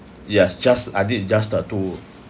yes just I need just that two